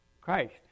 Christ